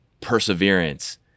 perseverance